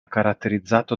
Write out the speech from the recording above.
caratterizzato